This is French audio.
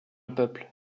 peuple